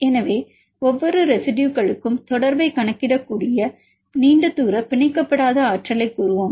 எனவே ஒவ்வொரு ரெசிடுயுகளுக்கும் தொடர்பைக் காணக்கூடிய நீண்ட தூர பிணைக்கப்படாத ஆற்றலைக் கூறுவோம்